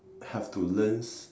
have to learn